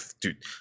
dude